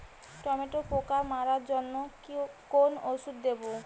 টমেটোর পোকা মারার জন্য কোন ওষুধ দেব?